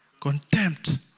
contempt